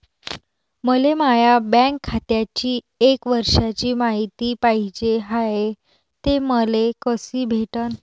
मले माया बँक खात्याची एक वर्षाची मायती पाहिजे हाय, ते मले कसी भेटनं?